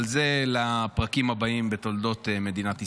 אבל זה לפרקים הבאים בתולדות מדינת ישראל.